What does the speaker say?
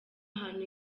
hantu